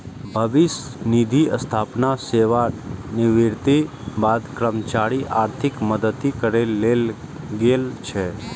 भविष्य निधिक स्थापना सेवानिवृत्तिक बाद कर्मचारीक आर्थिक मदति करै लेल गेल छै